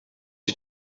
you